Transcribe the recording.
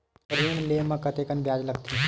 ऋण ले म कतेकन ब्याज लगथे?